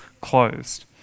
closed